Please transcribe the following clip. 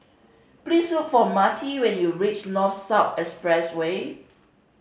please look for Marty when you reach North South Expressway